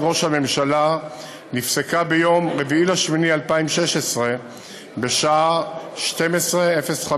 ראש הממשלה נפסקת ביום 4 באוגוסט 2016 בשעה 12:05,